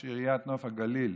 ראש עיריית נוף הגליל,